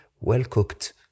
well-cooked